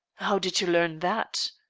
how did you learn that?